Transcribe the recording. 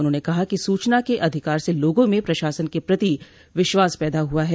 उन्होंने कहा कि सूचना के अधिकार से लोगों में प्रशासन के प्रति विश्वास पैदा हुआ है